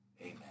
amen